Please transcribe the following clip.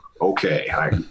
Okay